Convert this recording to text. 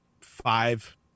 five